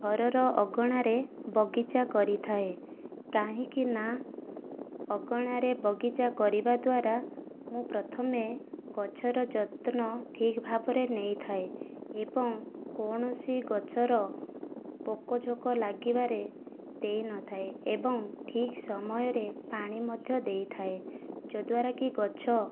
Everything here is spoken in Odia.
ଘରର ଅଗଣାରେ ବଗିଚା କରିଥାଏ କାହିଁକି ନା ଅଗଣାରେ ବଗିଚା କରିବା ଦ୍ୱାରା ମୁଁ ପ୍ରଥମେ ଗଛର ଯତ୍ନ ଠିକ ଭାବରେ ନେଇଥାଏ ଏବଂ କୌଣସି ଗଛର ପୋକଜୋକ ଲାଗିବାରେ ଦେଇନଥାଏ ଏବଂ ଠିକ ସମୟରେ ପାଣି ମଧ୍ୟ ଦେଇଥାଏ ଯଦ୍ୱାରା କି ଗଛ